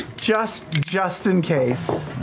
just just in case.